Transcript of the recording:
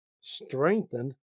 strengthened